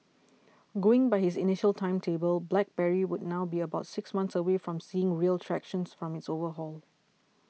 going by his initial timetable BlackBerry would now be about six months away from seeing real traction from its overhaul